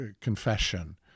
confession